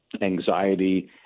anxiety